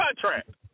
contract